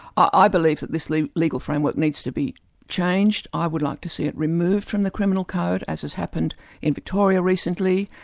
i believe that this legal legal framework needs to be changed. i would like to see it removed from the criminal code, as has happened in victoria recently,